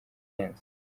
ihenze